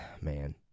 Man